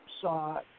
saw